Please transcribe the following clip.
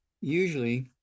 usually